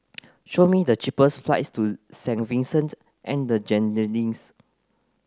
show me the cheapest flights to Saint Vincent and the Grenadines